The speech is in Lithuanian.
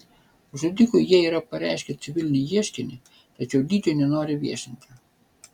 žudikui jie yra pareiškę civilinį ieškinį tačiau dydžio nenori viešinti